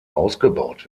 ausgebaut